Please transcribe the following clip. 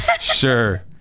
Sure